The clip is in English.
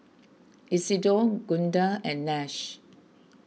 Isidor Gunda and Nash